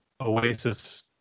oasis